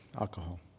alcohol